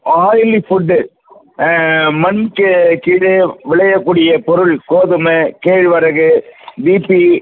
oily food மண்ணுக்கு கீழே விளையக்கூடிய பொருள் கோதுமை கேழ்வரகு பிபி